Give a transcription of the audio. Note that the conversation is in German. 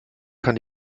kann